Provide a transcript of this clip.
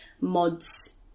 mods